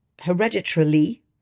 hereditarily